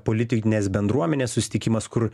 politinės bendruomenės susitikimas kur